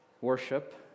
Worship